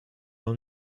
will